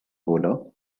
bowler